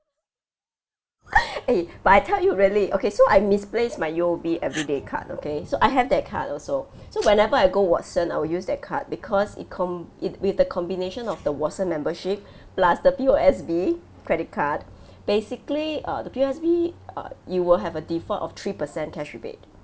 eh but I tell you really okay so I misplaced my U_O_B everyday card okay so I have that card also so whenever I go Watson I'll use that card because it com~ it with the combination of the Watson membership plus the P_O_S_B credit card basically uh the P_O_S_B uh you will have a default of three percent cash rebate